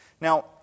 Now